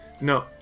No